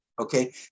Okay